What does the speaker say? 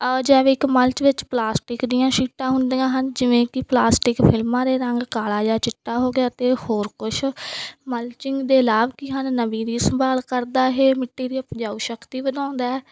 ਅਜੈਵਿਕ mulch ਵਿੱਚ plastic ਦੀਆਂ ਸ਼ੀਟਾਂ ਹੁੰਦੀਆਂ ਹਨ ਜਿਵੇਂ ਕਿ ਪਲਾਸਟਿਕ ਫਿਲਮਾਂ ਦੇ ਰੰਗ ਕਾਲਾ ਜਾਂ ਚਿੱਟਾ ਹੋ ਗਿਆ ਅਤੇ ਹੋਰ ਕੁਛ ਮਲਚਿੰਗ ਦੇ ਲਾਭ ਕੀ ਹਨ ਨਮੀ ਦੀ ਸੰਭਾਲ ਕਰਦਾ ਇਹ ਮਿੱਟੀ ਦੀ ਉਪਜਾਊ ਸ਼ਕਤੀ ਵਧਾਉਂਦਾ ਹੈ